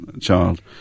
child